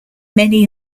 many